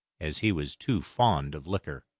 as he was too fond of liquor.